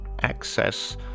access